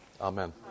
Amen